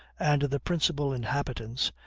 and the principal inhabitants,